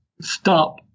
stop